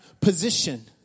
position